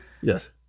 Yes